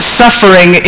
suffering